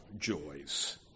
joys